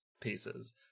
pieces